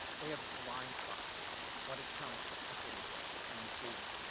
they have blind spots when it comes to equity and inclusion.